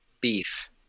Beef